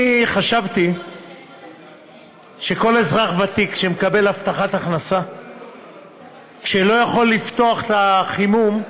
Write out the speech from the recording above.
אני חשבתי שכל אזרח ותיק שמקבל הבטחת הכנסה ולא יכול לפתוח את החימום,